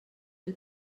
del